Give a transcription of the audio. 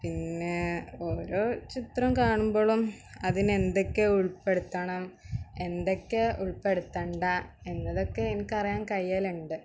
പിന്നെ ഓരോ ചിത്രം കാണുമ്പളും അതിന് എന്തൊക്കെ ഉൾപ്പെടുത്തണം എന്തൊക്കെ ഉൾപ്പെടുത്തണ്ട എന്നതൊക്കെ എനിക്കറിയാൻ കഴിയലുണ്ട്